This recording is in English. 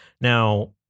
Now